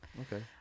Okay